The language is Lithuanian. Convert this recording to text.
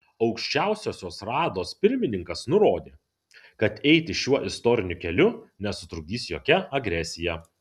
aukščiausiosios rados pirmininkas nurodė kad eiti šiuo istoriniu keliu nesutrukdys jokia agresija